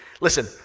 Listen